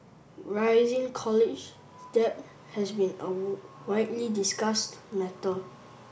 rising college debt has been a widely discussed matter